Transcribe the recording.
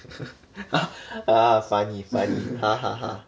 ah funny funny